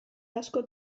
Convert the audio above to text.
asko